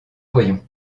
voyons